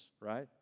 right